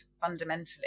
fundamentally